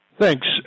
Thanks